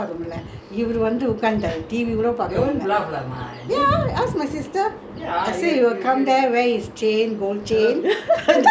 I say he will come there wear his chain gold chain take out his then he showed off his chain back then